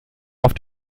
auf